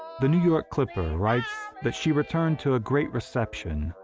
the new york clipper writes that she returned to a great reception,